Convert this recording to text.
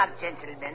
Gentlemen